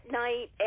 night